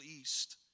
East